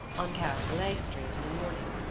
on carondelet street, in the morning.